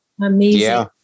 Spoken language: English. Amazing